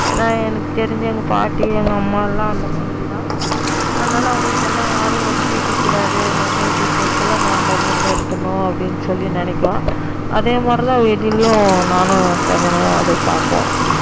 ஏன்னால் எனக்கு தெரிஞ்சவங்க பாட்டி எங்கள் அம்மாவெல்லாம் அந்த மாதிரிதான் அதனாலே அவங்களை எல்லாம் ஒதுக்கி வைக்கக் கூடாது நம்ப வீட்டு விசேஷத்தில் நம்ப முன்னிருத்தணும் அப்டின்னு சொல்லி நினைக்குவேன் அதேமாதிரி வெளிலையும் நானும் சகுனம் அது பார்க்குவேன்